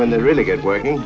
when the really good working